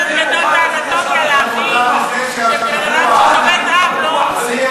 לא צריך להיות גדול באנטומיה להבין שבן-אדם שובת רעב לא יכול,